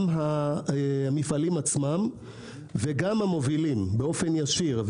גם המפעלים עצמם וגם המובילים באופן ישיר.